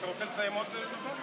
אתה רוצה לסיים עוד משפט?